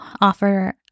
offer